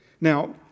Now